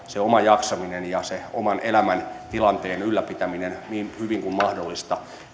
se oma jaksaminen ja se oman elämäntilanteen ylläpitäminen mahdollistuvat niin hyvin kuin mahdollista